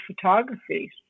photography